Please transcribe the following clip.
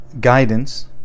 guidance